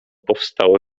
powstało